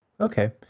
Okay